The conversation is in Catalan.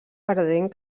ardent